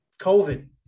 COVID